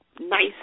nice